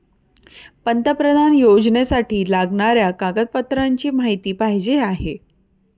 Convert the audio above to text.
पंतप्रधान योजनेसाठी लागणाऱ्या कागदपत्रांची माहिती पाहिजे आहे